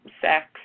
sex